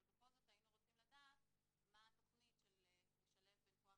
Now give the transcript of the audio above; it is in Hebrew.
אבל בכל זאת היינו רוצים לדעת מה התכנית של לשלב בין כוח